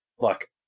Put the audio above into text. look